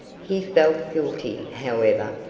he felt guilty, however,